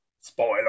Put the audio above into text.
spoiler